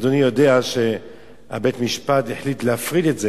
אדוני יודע שבית-המשפט החליט להפריד את זה,